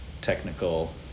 technical